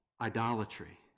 idolatry